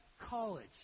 College